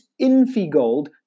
Infigold